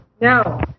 No